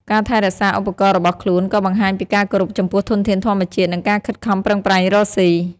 ការថែរក្សាឧបករណ៍របស់ខ្លួនក៏បង្ហាញពីការគោរពចំពោះធនធានធម្មជាតិ និងការខិតខំប្រឹងប្រែងរកស៊ី។